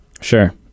Sure